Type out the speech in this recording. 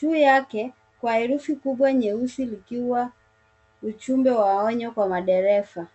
juu yake kwa herufi kubwa nyeusi likiwa ujumbe wa onyo kwa madereva.